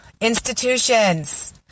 Institutions